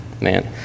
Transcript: Man